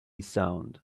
sound